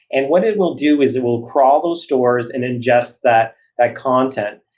and what it will do is it will crawl those stores and ingest that that content.